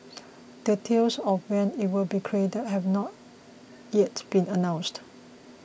details of when it will be created have not yet been announced